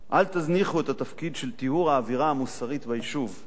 אל תזניחו את התפקיד של טיהור האווירה המוסרית ביישוב.